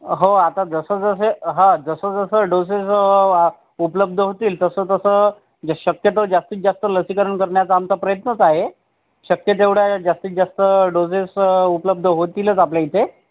हो आता जसजसे हा जसजसे डोसेज उपलब्ध होतील तसतसं म्हणजे शक्यतोवर जास्तीत जास्त लसीकरण करण्याचा आमचा प्रयत्नच आहे शक्य तेवढ्या जास्तीत जास्त डोसेज उपलब्ध होतीलच आपल्या इथे